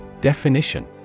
Definition